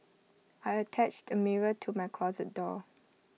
I attached A mirror to my closet door